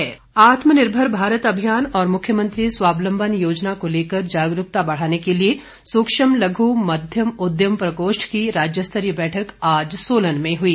बैठक आत्मनिर्भर भारत अभियान और मुख्यमंत्री स्वावलंबन योजना को लेकर जागरूकता बढ़ाने के लिए सूक्ष्म लघु मध्यम उद्यम प्रकोष्ठ की राज्य स्तरीय बैठक आज सोलन में हुई